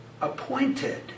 appointed